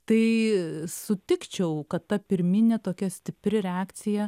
tai sutikčiau kad ta pirminė tokia stipri reakcija